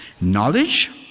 Knowledge